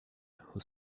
who